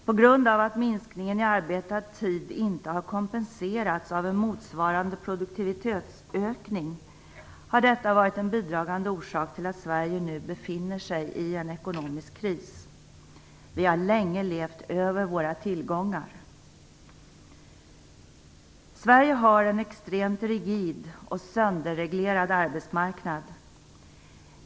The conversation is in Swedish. På grund av att minskningen i arbetad tid inte har kompenserats av en motsvarande produktivitetsökning har detta varit en bidragande orsak till att Sverige nu befinner sig i en ekonomisk kris. Vi har länge levt över våra tillgångar. Sverige har en extremt rigid och sönderreglerad arbetsmarknad.